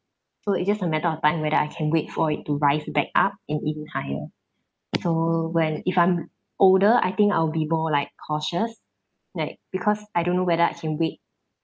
so it's just a matter of time whether I can wait for it to rise back up and even higher so when if I'm older I think I'll be more like cautious like because I don't know whether I can wait